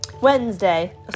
Wednesday